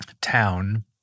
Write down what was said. town